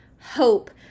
hope